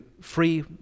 free